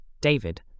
David